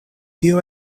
tio